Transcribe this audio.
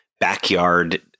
backyard